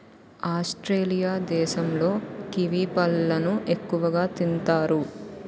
Australia దేశంలో kiwi పళ్ళను ఎక్కువగా తింతారు